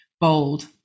bold